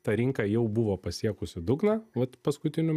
ta rinka jau buvo pasiekusi dugną vat paskutiniu